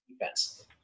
defense